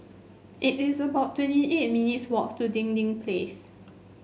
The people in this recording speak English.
it is about twenty eight minutes walk to Dinding Place